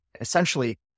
essentially